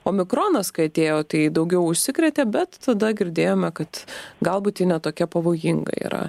omikronas kai atėjo tai daugiau užsikrėtė bet tada girdėjome kad galbūt ji netokia pavojinga yra